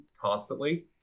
constantly